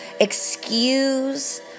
excuse